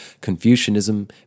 Confucianism